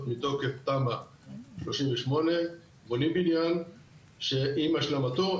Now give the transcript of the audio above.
מתוקף תמ"א 38. בונים בניין שעם השלמתו,